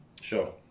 Sure